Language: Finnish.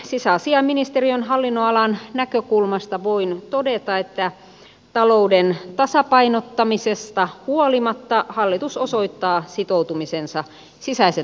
sisäasiainministeriön hallinnonalan näkökulmasta voin todeta että talouden tasapainottamisesta huolimatta hallitus osoittaa sitoutumisensa sisäisen